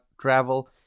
travel